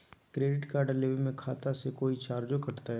Credit card लेवे में खाता से कोई चार्जो कटतई?